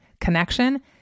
connection